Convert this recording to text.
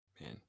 Man